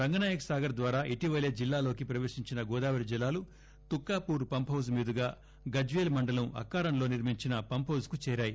రంగనాయక సాగర్ ద్వారా ఇటీవలే జిల్లాలోకి ప్రపేశించిన గోదావరి జలాలు తుక్కాపూర్ పంప్హౌజ్ మీదుగా గజ్వేల్ మండలం అక్కారంలో నిర్మించిన పంప్హౌజ్కు చేరాయి